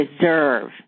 deserve